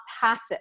passive